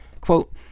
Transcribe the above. quote